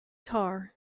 tar